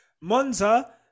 monza